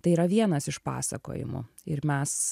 tai yra vienas iš pasakojimų ir mes